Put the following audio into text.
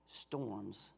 storms